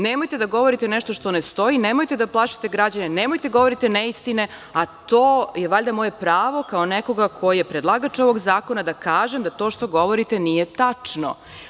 Nemojte da govorite nešto što ne stoji, nemojte da plašite građane, nemojte da govorite neistine, a to je valjda moje pravo kao nekoga ko je predlagač ovog zakona da kažem da to što govorite nije tačno.